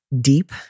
deep